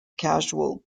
casual